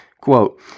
quote